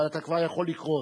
אבל אתה כבר יכול לקרוא אותו.